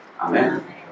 Amen